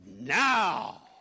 now